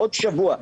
בעוד שבוע,